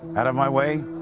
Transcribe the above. out of my way!